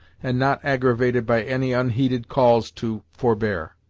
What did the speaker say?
and not aggravated by any unheeded calls to forbear.